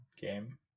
game